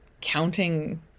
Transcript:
counting